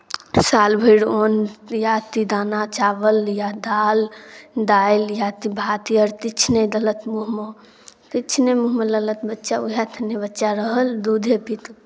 साल भरि अन्न या ति दाना चावल या दाल दालि या ति भात आओर तिछ नहि देलत मूँहमे तिछ नहि मूँहमे लेलत बच्चा उएह थेने बच्चा रहल दूधे पी तऽ